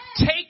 Take